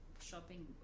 shopping